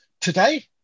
Today